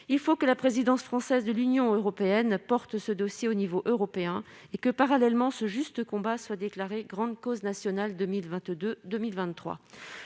Il faut que la présidence française de l'Union européenne porte ce dossier au niveau européen et que, parallèlement, ce juste combat soit déclaré grande cause nationale 2022-2023.